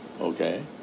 Okay